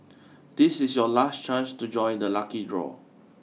this is your last chance to join the lucky draw